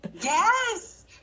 Yes